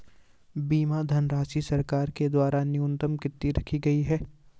बीमा धनराशि सरकार के द्वारा न्यूनतम कितनी रखी गई है?